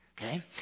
okay